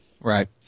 Right